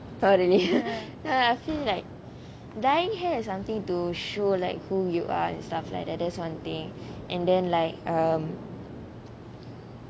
orh really I feel like dyeing hair is something to show like who you are and stuff like that that's one thing and then like um